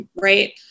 right